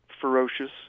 ferocious